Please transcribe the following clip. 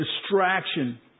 distraction